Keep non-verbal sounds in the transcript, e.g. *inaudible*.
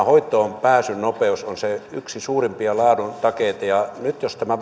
*unintelligible* hoitoon pääsyn nopeus on yksi suurimpia laadun takeita ja nyt kun tämä *unintelligible*